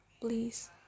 please